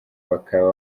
bakaba